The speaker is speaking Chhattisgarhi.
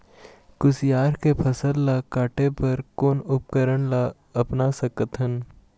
कुसियार के फसल ला काटे बर कोन उपकरण ला अपना सकथन?